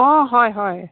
অঁ হয় হয়